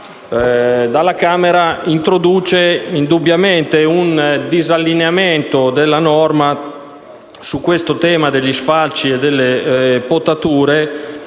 dalla Camera, introduce indubbiamente un disallineamento della norma sul tema degli sfalci e delle potature